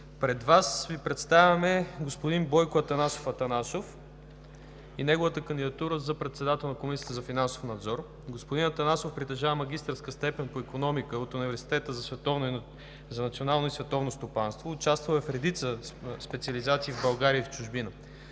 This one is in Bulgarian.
Ви кандидатурата на господин Бойко Атанасов за председател на Комисията за финансов надзор. Господин Атанасов притежава магистърска степен по икономика от Университета за национално и световно стопанство. Участвал е в редица специализации в България и в чужбина.